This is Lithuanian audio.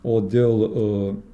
o dėl